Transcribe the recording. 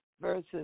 versus